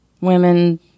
women